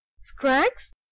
scrags